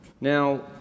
Now